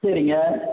சரிங்க